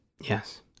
Yes